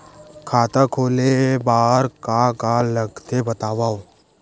खाता खोले बार का का लगथे बतावव?